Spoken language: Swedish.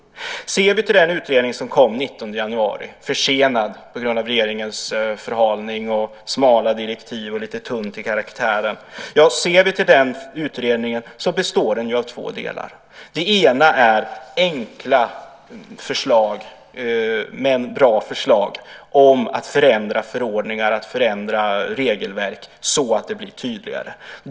Om vi ser till den utredning som kom den 19 januari, försenad på grund av regeringens förhalning och smala direktiv och att det hela var lite tunt i karaktären, märker vi att den består av två delar. Den ena är enkla men bra förslag om att förändra förordningar och regelverk så att de blir tydligare.